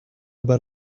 about